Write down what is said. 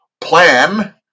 plan